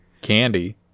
candy